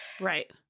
right